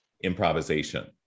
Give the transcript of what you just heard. improvisation